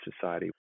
society